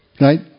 Right